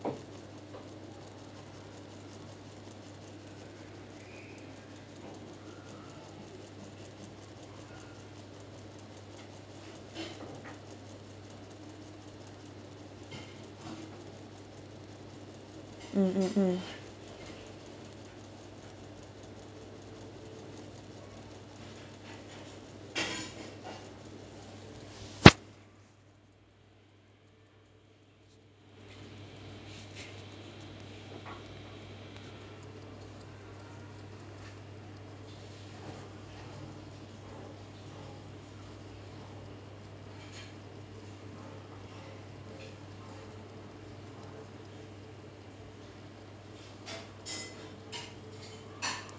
mm mm mm